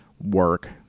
work